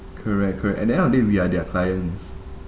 correct correct and at the end of the day we are their clients